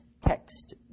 text